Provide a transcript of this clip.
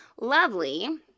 lovely